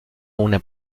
una